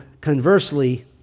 conversely